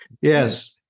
Yes